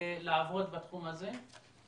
לעבוד בתחום הזה?